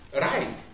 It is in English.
right